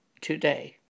today